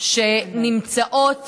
שנמצאות